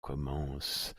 commence